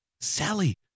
sally